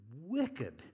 wicked